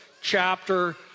chapter